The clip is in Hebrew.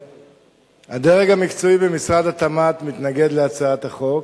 הדרג המקצועי במשרד התמ"ת מתנגד להצעת החוק,